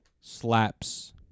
slaps